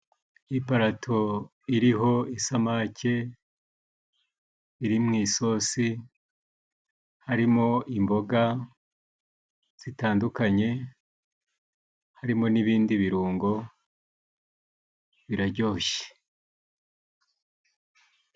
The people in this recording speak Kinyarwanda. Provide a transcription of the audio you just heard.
Iparato iriho isamake iri mu isosi harimo imboga zitandukanye， harimo n'ibindi birungo biraryoshye.